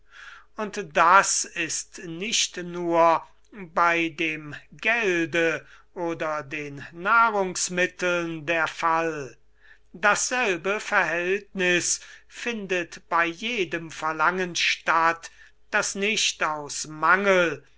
und das ist nicht nur bei dem gelde oder den nahrungsmitteln der fall dasselbe verhältniß findet bei jedem verlangen statt das nicht aus mangel